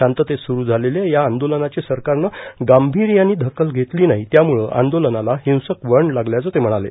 शांततेत सुस झालेल्या या आदोलनाची सरकारन गांभीयांन दखल षेतली नाही त्यामुळ आंदोलनाला हिंसक वळण लागल्याचं ते म्हणाले